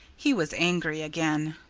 he was angry again.